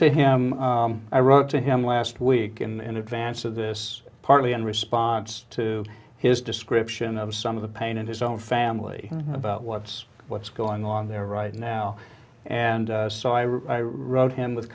to him i wrote to him last week and advance of this partly in response to his description of some of the pain in his own family about what's what's going on there right now and so i wrote him with